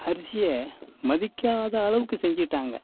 அரிசியை மதிக்காத அளவுக்கு செஞ்சிவிட்டாங்க